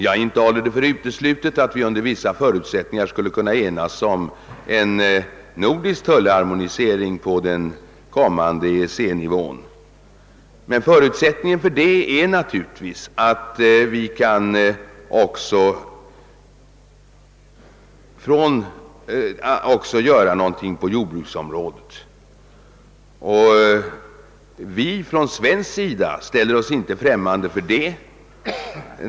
Jag håller det inte för uteslutet att vi under vissa förutsättningar skulle kunna enas om en nordisk tullharmoniering på den blivande EEC-nivån. Men förutsättningarna härför är naturligtvis att någonting kan göras även på jordbrukets område. Från svensk sida ställer vi oss inte främmande till detta.